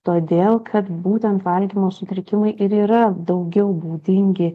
todėl kad būtent valgymo sutrikimai ir yra daugiau būdingi